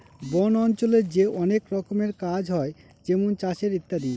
বন অঞ্চলে যে অনেক রকমের কাজ হয় যেমন চাষের ইত্যাদি